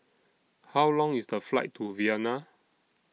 How Long IS The Flight to Vienna